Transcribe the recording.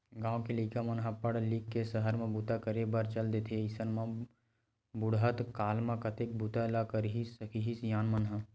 गाँव के लइका मन ह पड़ लिख के सहर म बूता करे बर चल देथे अइसन म बुड़हत काल म कतेक बूता ल करे सकही सियान मन ह